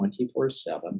24-7